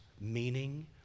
meaning